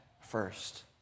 first